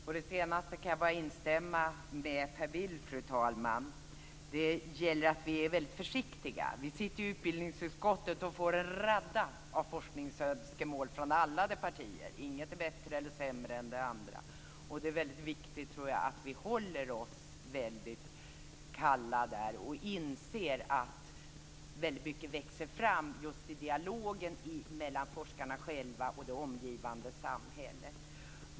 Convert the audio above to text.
Fru talman! I det senaste kan jag bara instämma med Per Bill, fru talman. Det gäller att vi är väldigt försiktiga. Vi sitter i utbildningsutskottet och får en radda av forskningsönskemål från alla de partier - inget är bättre eller sämre än det andra. Jag tror att det är viktigt att vi håller oss kalla och inser att mycket växer fram just i dialogen mellan forskarna själva och det omgivande samhället.